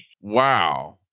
Wow